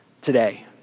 today